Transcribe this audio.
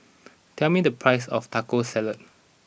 tell me the price of Taco Salad